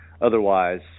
otherwise